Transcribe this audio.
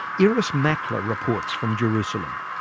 irris makler reports from jerusalem.